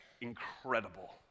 incredible